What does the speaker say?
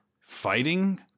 Fighting